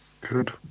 Good